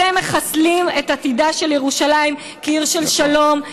אתם מחסלים את עתידה של ירושלים כעיר של שלום,